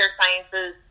sciences